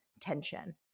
tension